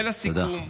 ולסיכום,